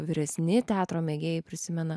vyresni teatro mėgėjai prisimena